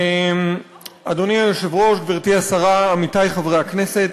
אדוני היושב-ראש, גברתי השרה, עמיתי חברי הכנסת,